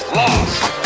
lost